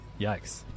Yikes